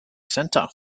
center